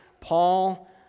Paul